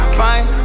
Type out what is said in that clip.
fine